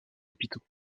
hôpitaux